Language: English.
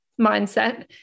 mindset